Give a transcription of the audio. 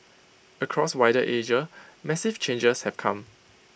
across wider Asia massive changes have come